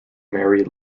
marry